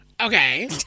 Okay